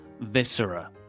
Viscera